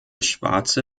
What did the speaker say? schwarze